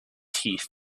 teeth